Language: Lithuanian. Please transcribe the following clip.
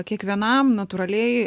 kiekvienam natūraliai